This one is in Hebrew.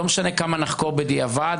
לא משנה כמה נחקור בדיעבד,